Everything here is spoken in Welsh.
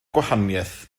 gwahaniaeth